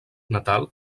natal